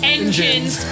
engines